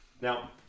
Now